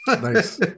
Nice